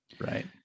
Right